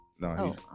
No